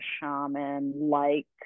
shaman-like